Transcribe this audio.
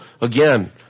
again